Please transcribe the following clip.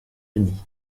denis